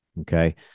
Okay